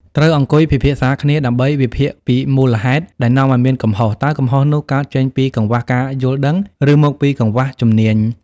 ត្រូវអង្គុយពិភាក្សាគ្នាដើម្បី វិភាគពីមូលហេតុ ដែលនាំឲ្យមានកំហុស។ តើកំហុសនោះកើតចេញពីកង្វះការយល់ដឹង ឬមកពីកង្វះជំនាញ